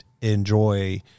enjoy